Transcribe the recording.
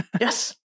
yes